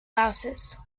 louses